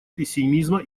пессимизма